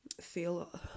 feel